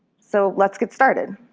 so let's get started.